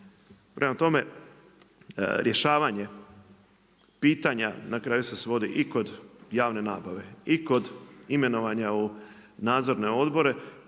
Prema tome, rješavanje pitanja na kraju se svodi i kod javne nabave i kod imenovanja u nadzorne odobre